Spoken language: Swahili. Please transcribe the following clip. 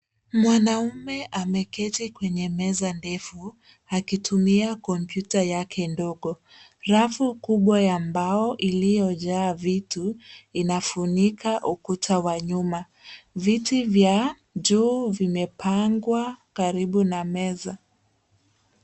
Mwanaume ameketi kwenye meza ndefu akitumia kompyuta yake ndogo. Rafu kubwa ya mbao iliyojaa vitu inafunika ukuta wa nyuma. Viti vya juu vimepangwa karibu na meza.